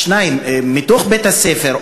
מתוך בית-הספר,